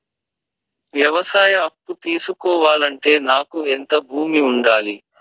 వ్యవసాయ అప్పు తీసుకోవాలంటే నాకు ఎంత భూమి ఉండాలి?